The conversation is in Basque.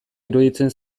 iruditzen